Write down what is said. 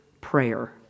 prayer